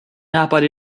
nápady